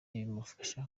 bimufasha